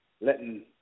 letting